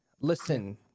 Listen